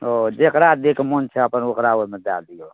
हँ जेकरा दै कऽ मोन छै अपन ओकरा ओहिमे दए दियौ